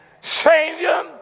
Savior